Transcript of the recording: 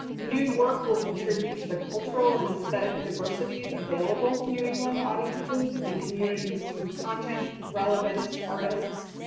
new work will contribute to the cultural and aesthetic diversities available to new england audiences and communities through content, relevance, artists,